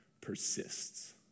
persists